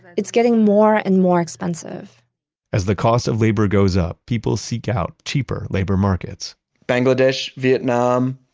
it's getting more and more expensive as the cost of labor goes up, people seek out cheaper labor markets bangladesh, vietnam,